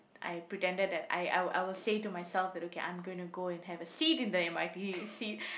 I pretended that I I will I will say to myself that okay I'm going to go and have a seat in the M_R_T seat